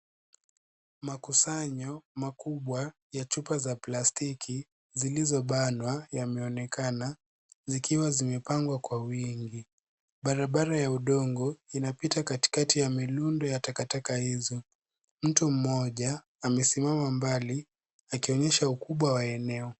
Makusanyo makubwa ya chupa za plastiki zilizobanwa yameonekana zikiwa zimepangwa kwa wingi. Barabara ya udongo inapita katikati ya milundu ya takataka hizo. Mtu mmoja amesimama mbali akionyesha ukubwa wa eneo.